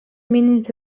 mínims